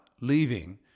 leaving